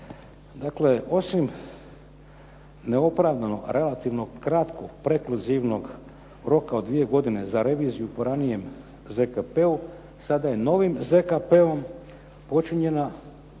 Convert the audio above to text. Dakle, osim neopravdanog relativnog kratkog prekluzivnog roka od 2 godine za reviziju po ranijem ZKP-u sada je novim ZKP-om počinjena